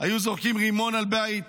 היו זורקים רימון על בית